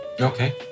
Okay